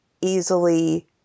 easily